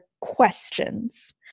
questions